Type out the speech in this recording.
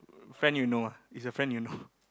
friend you know ah it's a friend you know